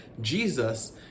Jesus